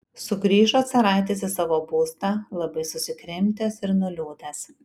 sugrįžo caraitis į savo būstą labai susikrimtęs ir nuliūdęs